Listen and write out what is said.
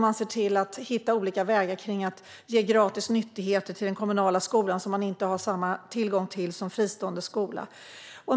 Man ser till att hitta olika vägar för att ge gratis nyttigheter till den kommunala skolan som en fristående skola inte har samma tillgång till.